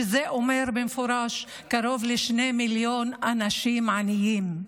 שזה אומר במפורש קרוב לשני מיליון אנשים עניים.